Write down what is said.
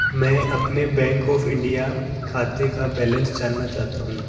मैं अपने bank of India खाते का बैलेंस जानना चाहता हूँ